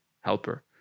helper